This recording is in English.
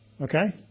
okay